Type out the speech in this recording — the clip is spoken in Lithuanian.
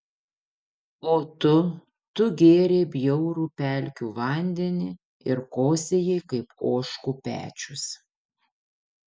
o tu tu gėrei bjaurų pelkių vandenį ir kosėjai kaip ožkų pečius